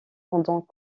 pendant